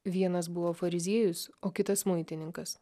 vienas buvo fariziejus o kitas muitininkas